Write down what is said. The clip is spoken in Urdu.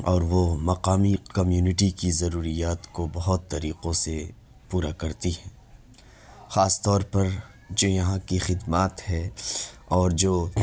اور وہ مقامی کمیونٹی کی ضروریات کو بہت طریقوں سے پورا کرتی ہیں خاص طور پر جو یہاں کی خدمات ہے اور جو